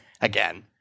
again